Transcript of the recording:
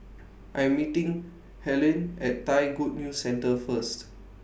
I'm meeting Helyn At Thai Good News Centre First